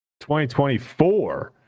2024